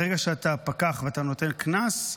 ברגע שאתה פקח ואתה נותן קנס,